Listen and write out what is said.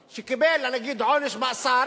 שקיבל, נגיד, עונש מאסר,